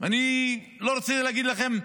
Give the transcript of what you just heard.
אני לא רוצה להגיד לכם,